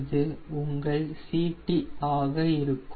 இது உங்கள் CT ஆக இருக்கும்